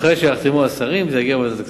אחרי שיחתמו השרים, זה יגיע לוועדת הכספים.